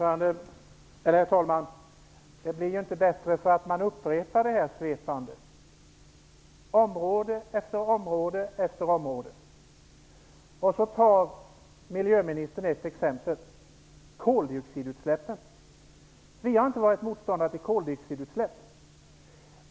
Herr talman! Det blir inte bättre för att man upprepar svepandet. Område efter område, säger miljöministern, och sedan tar hon ett exempel, nämligen koldioxidutsläppen. Vi har inte varit motståndare till en minskning av koldioxidutsläpp.